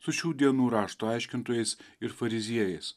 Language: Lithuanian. su šių dienų rašto aiškintojais ir fariziejais